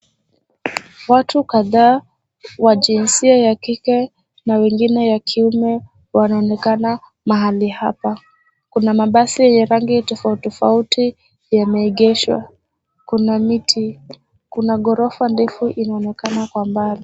Watu kadhaa wa jinsia ya kike na wengine ya kiume wanaonekana mahali hapa, kuna mabasi yenye rangi tofauti tofauti yameegeshwa kuna miti, kuna ghorofa ndefu inaonekana kwa mbali.